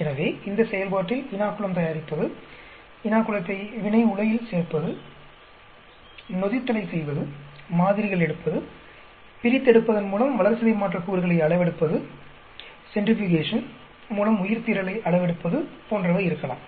எனவே இந்த செயல்பாட்டில் இனோகுலம் தயாரிப்பது இனோகுலத்தை வினை உலையில் சேர்ப்பது நொதித்தலை செய்வது மாதிரிகள் எடுப்பது பிரித்தெடுப்பதன் மூலம் வளர்சிதை மாற்றக்கூறுகளை அளவெடுப்பது சென்ட்ரிபுகேஷன் மூலம் உயிர்த்திரளை அளவெடுப்பது போன்றவை இருக்கலாம்